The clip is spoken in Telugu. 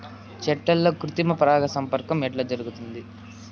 చెట్లల్లో కృత్రిమ పరాగ సంపర్కం ఎట్లా జరుగుతుంది?